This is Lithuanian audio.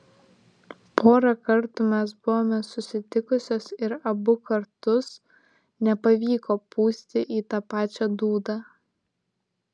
porą kartų mes buvome susitikusios ir abu kartus nepavyko pūsti į tą pačią dūdą